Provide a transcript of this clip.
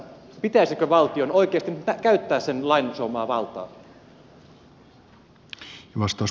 pitäisikö valtion oikeasti käyttää sen lain suomaa valtaa